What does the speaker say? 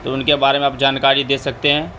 تو ان کے بارے میں آپ جانکاری دے سکتے ہیں